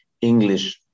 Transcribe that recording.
English